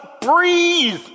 breathe